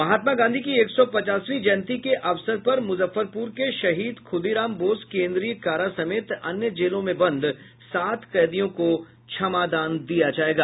महात्मा गांधी की एक सौ पचासवीं जयंती के अवसर पर मुजफ्फरपुर के शहीद खुदीराम बोस केंद्रीय कारा समेत अन्य जेलों में बंद सात कैदियों को क्षमादान दिया जायेगा